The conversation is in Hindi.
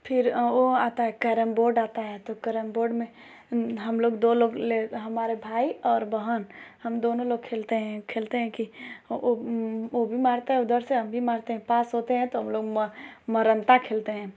फिर वह आता है कैरम बोर्ड आता है तो कैरम बोर्ड में हमलोग दो लोग ले हमारे भाई और बहन हम दोनों लोग खेलते हैं खेलते हैं कि वह वह भी मारता है उधर से हम भी मारते हैं पास होते हैं तो हमलोग म मरनता खेलते हैं